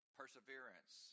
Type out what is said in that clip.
perseverance